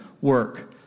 work